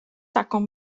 takom